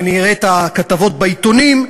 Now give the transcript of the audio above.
ונראה את הכתבות בעיתונים,